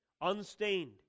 unstained